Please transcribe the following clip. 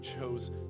chose